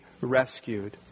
rescued